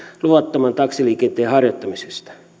luvattoman taksiliikenteen harjoittamisesta